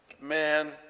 Man